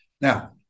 Now